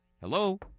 Hello